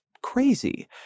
crazy